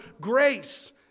grace